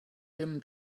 him